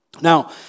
Now